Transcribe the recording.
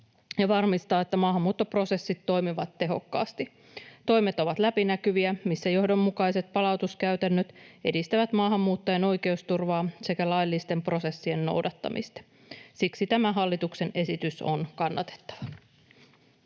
ja varmistaa, että maahanmuuttoprosessit toimivat tehokkaasti. Toimet ovat läpinäkyviä, ja johdonmukaiset palautuskäytännöt edistävät maahanmuuttajan oikeusturvaa sekä laillisten prosessien noudattamista. Siksi tämä hallituksen esitys on kannatettava.